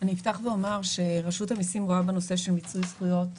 אני אפתח ואומר שרשות המיסים רואה בנושא של מיצוי זכויות